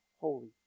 holy